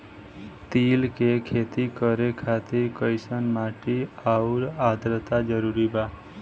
तिल के खेती करे खातिर कइसन माटी आउर आद्रता जरूरी बा?